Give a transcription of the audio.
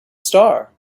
star